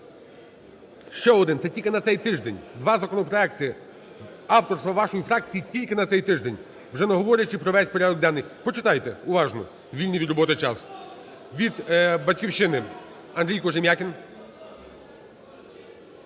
ще один… Це тільки на цей тиждень, 2 законопроекти авторства вашої фракції тільки на цей тиждень, уже не говорячи про весь порядок денний. Почитайте уважно у вільний від роботи час. Від "Батьківщини" Андрій Кожем'якін.